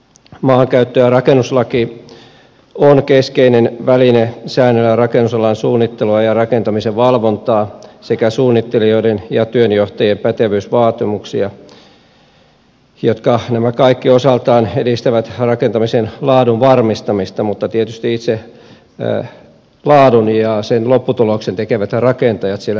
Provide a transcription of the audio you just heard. maankäyttö ja rakennuslaki on keskeinen väline säännellä rakennusalan suunnittelua ja rakentamisen valvontaa sekä suunnittelijoiden ja työnjohtajien pätevyysvaatimuksia jotka nämä kaikki osaltaan edistävät rakentamisen laadun varmistamista mutta tietysti itse laadun ja lopputuloksen tekevät rakentajat siellä työmaalla